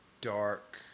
dark